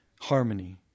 harmony